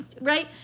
right